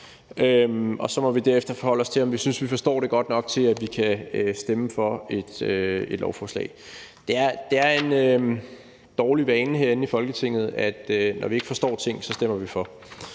Og så må vi derefter forholde os til, om vi synes, at vi forstår det godt nok til at stemme for lovforslaget. Det er en dårlig vane herinde i Folketinget, at når vi ikke forstår ting, stemmer vi for.